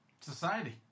Society